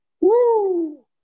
Woo